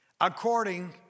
according